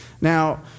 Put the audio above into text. Now